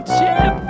Chip